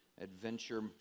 adventure